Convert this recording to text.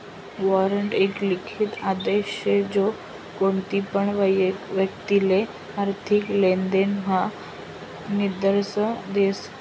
warrant एक लिखित आदेश शे जो कोणतीपण व्यक्तिले आर्थिक लेनदेण म्हा निर्देश देस